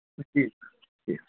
جی جی